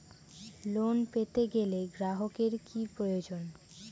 Loan পেতে গেলে গ্রাহকের কি প্রয়োজন?